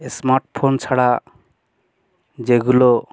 smart phone ছাড়া যেগুলো